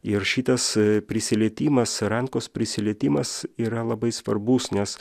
ir šitas prisilietimas rankos prisilietimas yra labai svarbus nes